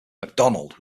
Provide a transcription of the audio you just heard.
macdonald